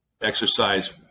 exercise